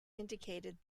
indicated